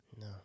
No